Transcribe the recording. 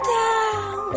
down